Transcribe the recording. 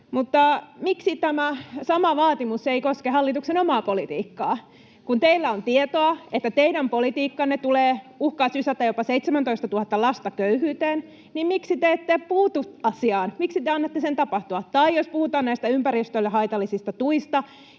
Miksi tämä sama vaatimus ei koske hallituksen omaa politiikkaa? Kun teillä on tietoa, että teidän politiikkanne uhkaa sysätä jopa 17 000 lasta köyhyyteen, niin miksi te ette puutu asiaan? Miksi te annatte sen tapahtua? Tai jos puhutaan näistä ympäristölle haitallisista tuista,